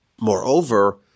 Moreover